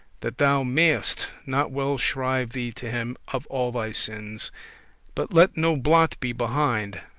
that thou mayest not well shrive thee to him of all thy sins but let no blot be behind,